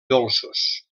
dolços